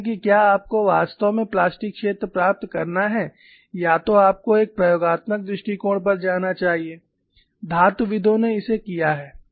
देखें कि क्या आपको वास्तव में प्लास्टिक क्षेत्र प्राप्त करना है या तो आपको एक प्रयोगात्मक दृष्टिकोण पर जाना चाहिए धातुविदों ने इसे किया है